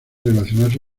relacionarse